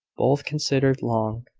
both considered long.